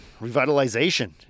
revitalization